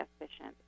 efficient